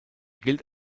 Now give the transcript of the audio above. gilt